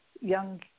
young